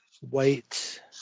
white